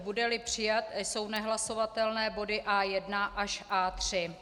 Budeli přijat, jsou nehlasovatelné body A1 až A3.